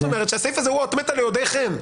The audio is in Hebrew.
זאת אומרת שהסעיף הזה הוא אות מתה ליודעי ח"ן.